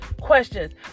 questions